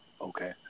Okay